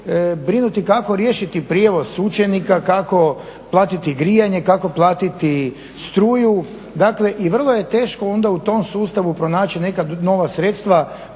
brinuti kako riješiti prijevoz učenika, kako platiti grijanje, kako platiti struju i vrlo je teško onda u tom sustavu pronaći neka nova sredstva